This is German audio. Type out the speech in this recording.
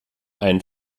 einen